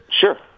Sure